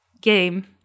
game